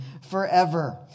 forever